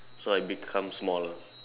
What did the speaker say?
so I become small